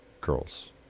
girls